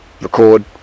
Record